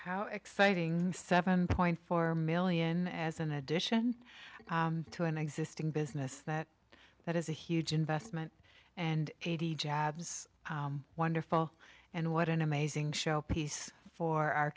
how exciting seven point four million as an addition to an existing business that that is a huge investment and eighty jobs wonderful and what an amazing show piece for our